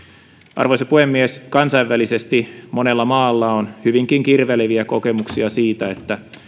arvoisa puhemies kansainvälisesti monella maalla on hyvinkin kirveleviä kokemuksia siitä että